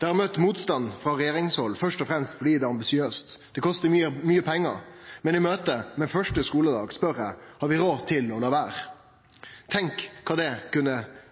Det har møtt motstand frå regjeringshald først og fremst fordi det er ambisiøst, og det kostar mykje pengar, men i møte med første skuledag spør eg: Har vi råd til å la vere?